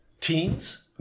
teens